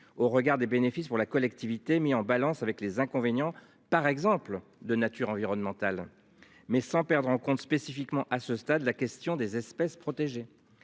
au regard des bénéfices pour la collectivité mis en balance avec les inconvénients par exemple de nature environnementale, mais sans perdre en compte spécifiquement à ce stade, la question des espèces protégées.